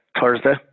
thursday